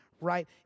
right